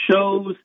shows